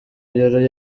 yari